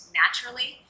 naturally